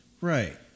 Right